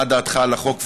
מה דעתך על החוק,